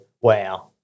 wow